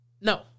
No